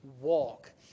walk